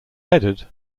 headed